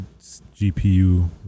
GPU